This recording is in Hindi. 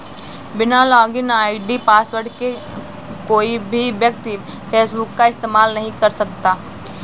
बिना लॉगिन आई.डी पासवर्ड के कोई भी व्यक्ति फेसबुक का इस्तेमाल नहीं कर सकता